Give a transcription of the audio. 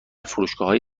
فروشگاههای